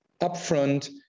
upfront